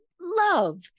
love